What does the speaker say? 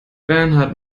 bernhard